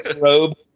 robe